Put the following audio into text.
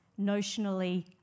notionally